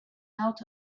out